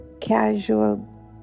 casual